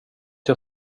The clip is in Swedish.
jag